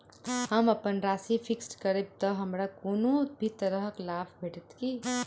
हम अप्पन राशि फिक्स्ड करब तऽ हमरा कोनो भी तरहक लाभ भेटत की?